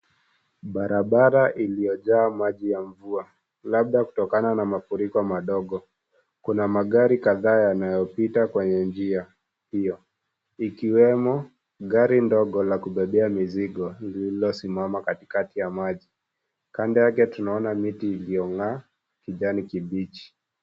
Barabara iliyojaa maji ya mvua labda kutoka na mafuriko mandogo. Kuna magari kadhaa yanayopita kwenye njia hiyo ikiwemo gari ndogo la kubebea mizigo lililosimama katikati ya maji. Kando yake tunaona miti iliyong'aa ya kijani kibichi.